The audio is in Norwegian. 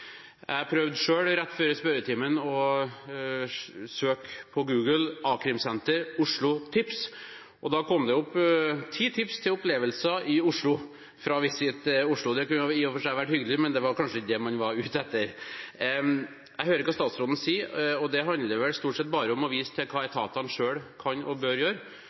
Jeg prøvde rett før spørretimen å søke på Google etter «a-krimsenter, Oslo, tips». Da kom det opp ti tips til opplevelser i Oslo fra Visit Oslo. Det kunne i og for seg vært hyggelig, men det var kanskje ikke det man var ute etter. Jeg hører hva statsråden sier, og det handler stort sett bare om å vise til hva etatene selv kan og bør gjøre.